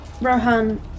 Rohan